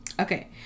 Okay